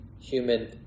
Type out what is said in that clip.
human